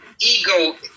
ego